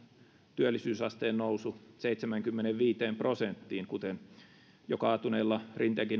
työllisyysasteen nousu seitsemäänkymmeneenviiteen prosenttiin kuten jo kaatuneella rinteen